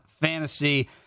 Fantasy